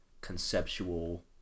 conceptual